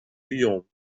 lyon